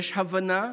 יש הבנה,